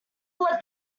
let